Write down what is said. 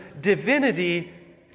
divinity